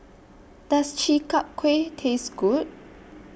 Does Chi Kak Kuih Taste Good